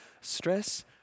Stress